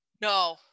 no